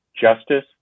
justice